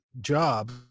job